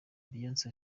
beyonce